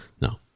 No